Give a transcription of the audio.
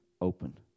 open